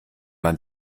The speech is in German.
man